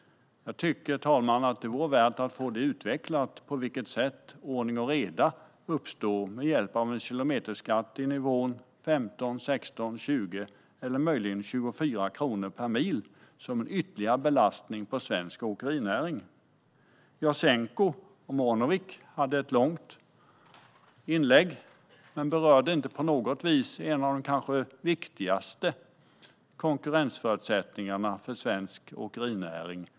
Jag tycker att det vore värt att få det utvecklat på vilket sätt ordning och reda uppstår med hjälp av en kilometerskatt på nivån 15, 16, 20 eller möjligen 24 kronor per mil som en ytterligare belastning på svensk åkerinäring. Jasenko Omanovic hade ett långt inlägg, men han berörde inte på något vis en av de kanske viktigaste konkurrensförutsättningarna för svensk åkerinäring.